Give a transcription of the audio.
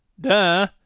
Duh